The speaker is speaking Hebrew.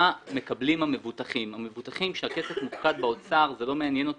כשהכסף מופקד באוצר זה לא מעניין את